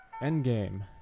Endgame